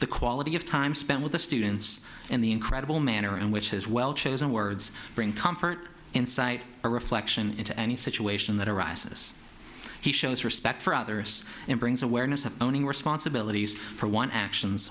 the quality of time spent with the students and the incredible manner in which his well chosen words bring comfort insight or reflection into any situation that arises he shows respect for others and brings awareness of owning responsibilities for one actions